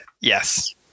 Yes